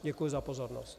Děkuji za pozornost.